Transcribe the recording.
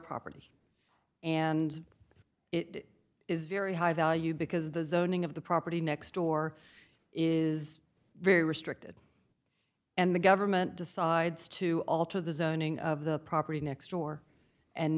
property and it is very high value because the zoning of the property next door is very restricted and the government decides to alter the zoning of the property next door and